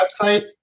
website